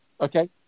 Okay